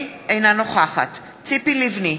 אינה נוכחת ציפי לבני,